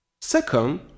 Second